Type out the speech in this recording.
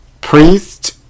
priest